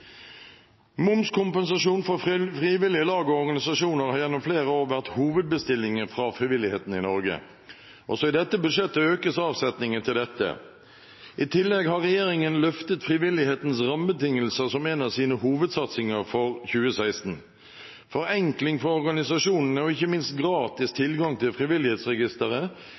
Momskompensasjon for frivillige lag og organisasjoner har gjennom flere år vært hovedbestillingen fra frivilligheten i Norge. Også i dette budsjettet økes avsetningen til dette. I tillegg har regjeringen løftet frivillighetens rammebetingelser som en av sine hovedsatsinger for 2016. Forenkling for organisasjonene og ikke minst gratis